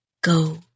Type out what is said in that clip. Go